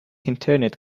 internet